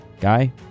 guy